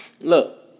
Look